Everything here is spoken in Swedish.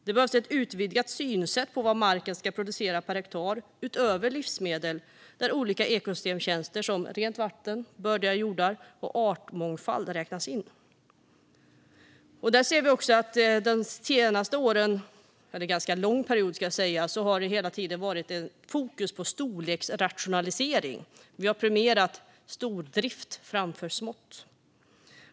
Det behövs ett utvidgat synsätt på vad marken ska producera per hektar, utöver livsmedel. Där behöver olika ekosystemtjänster, som rent vatten, bördiga jordar och artmångfald, räknas in. De senaste åren - under en ganska lång period, ska jag säga - har fokus legat på storleksrationalisering. Vi har premierat stordrift framför smått.